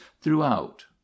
throughout